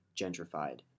gentrified